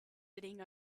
sitting